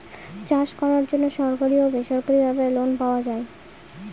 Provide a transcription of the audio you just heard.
চাষ করার জন্য সরকারি ও বেসরকারি ভাবে লোন পাওয়া যায়